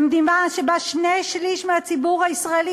במדינה שבה שני-שלישים מהציבור הישראלי,